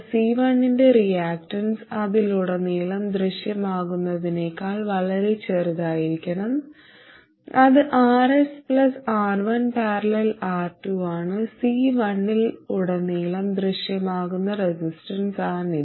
C1 ന്റെ reactance അതിലുടനീളം ദൃശ്യമാകുന്നതിനേക്കാൾ വളരെ ചെറുതായിരിക്കണം അത് Rs R1 || R2 ആണ് C1 ൽ ഉടനീളം ദൃശ്യമാകുന്ന റെസിസ്റ്റൻസാണിത്